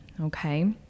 okay